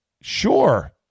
Sure